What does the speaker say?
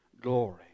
glory